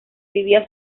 vivía